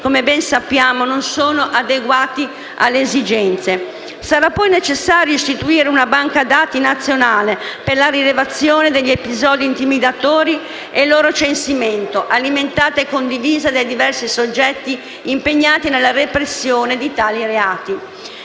come ben sappiamo, non sono adeguati alle esigenze. Sarà poi necessario istituire una banca dati nazionale per la rilevazione degli episodi intimidatori e il loro censimento, alimentata e condivisa dai diversi soggetti impegnati nella repressione di tali reati.